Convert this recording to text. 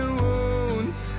wounds